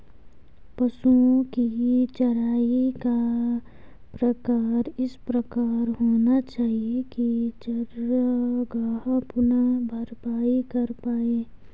पशुओ की चराई का प्रकार इस प्रकार होना चाहिए की चरागाह पुनः भरपाई कर पाए